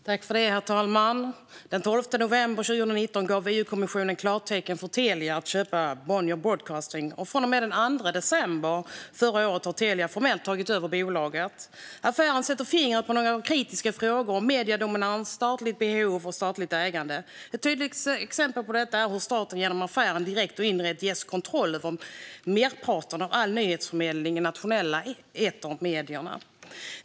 Herr talman! Den 12 november 2019 gav EU-kommissionen klartecken för Telia att köpa Bonnier Broadcasting. Från och med den 2 december förra året tog Telia formellt över bolaget. Affären sätter fingret på några kritiska frågor: mediedominans, statligt behov och statligt ägande. Ett tydligt exempel på detta är hur staten genom affären direkt och indirekt ges kontroll över merparten av all nyhetsförmedling i de nationella etermedierna.